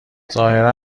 ظاهرا